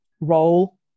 role